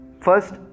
first